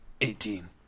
Eighteen